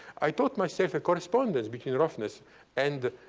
i taught myself a correspondence between roughness and